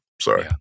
Sorry